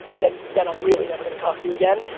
then then i'm really never gonna talk to you again.